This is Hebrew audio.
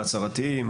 ההצהרתיים,